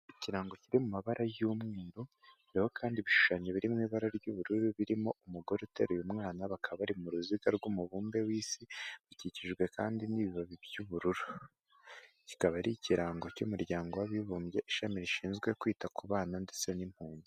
Ikirango kiri mu mabara y'umweru hariho kandi ibishushanyo biri mu ibara ry'ubururu birimo umugore uteruye umwana bakaba bari mu ruziga rw'umubumbe w'isi bikikijwe kandi n'ibibabi by'ubururu kikaba ari ikirango cy'umuryango w'abibumbye ishami rishinzwe kwita ku bana ndetse n'impunzi.